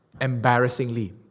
embarrassingly